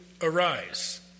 arise